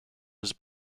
was